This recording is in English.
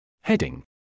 Heading